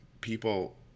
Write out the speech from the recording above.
people